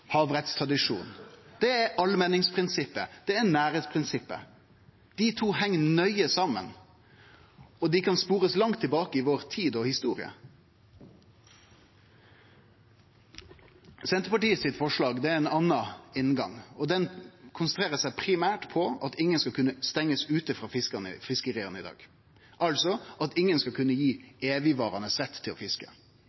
havrettstradisjon – det er allmenningsprinsippet, og det er nærleiksprinsippet. Dei to heng nøye saman, og dei kan sporast langt tilbake i tid, i historia vår. Senterpartiet sitt forslag er ein annan inngang, dei konsentrerer seg primært om at ingen skal kunne stengjast ute frå fiskeria i dag, altså at ingen skal kunne